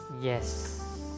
Yes